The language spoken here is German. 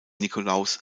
nikolaus